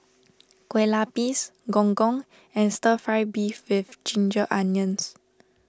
Kueh Lapis Gong Gong and Stir Fry Beef with Ginger Onions